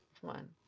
one